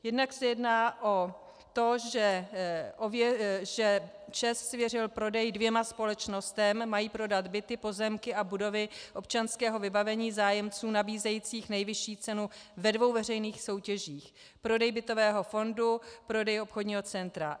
Jednak se jedná o to, že ČEZ svěřil prodej dvěma společnostem, mají prodat byty, pozemky a budovy občanského vybavení zájemcům nabízejícím nejvyšší cenu ve dvou veřejných soutěžích, prodej bytového fondu, prodej obchodního centra.